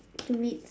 to read